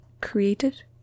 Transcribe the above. created